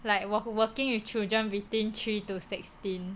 like we~ we're working with children between three to sixteen